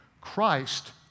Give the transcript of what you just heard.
Christ